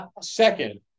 Second